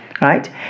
right